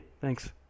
Thanks